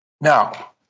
Now